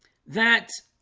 that